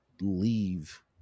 leave